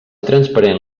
transparent